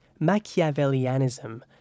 Machiavellianism